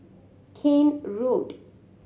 Keene Road